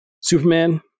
Superman